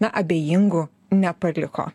na abejingų nepaliko